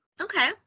Okay